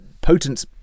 potent